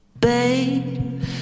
Babe